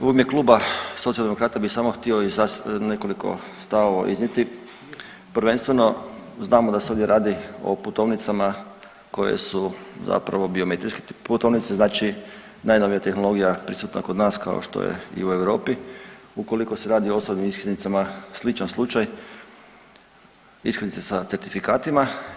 U ime kluba Socijaldemokrata bi samo htio nekoliko stavova iznijeti, prvenstveno znamo da se ovdje radi o putovnicama koje su zapravo biometrijske putovnice, znači najnovija tehnologija prisutna kod nas kao što je i u Europi ukoliko se radi o osobnim iskaznicama sličan slučaj iskaznice sa certifikatima.